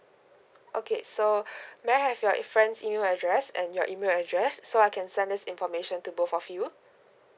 okay so may I have your friend's email address and your email address so I can send this information to both of you